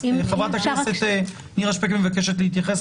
חברת הכנסת נירה שפק מבקשת להתייחס,